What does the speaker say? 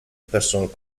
personal